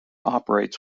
operates